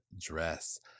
dress